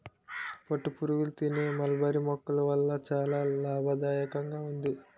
పట్టుపురుగులు తినే మల్బరీ మొక్కల వల్ల చాలా లాభదాయకంగా ఉంది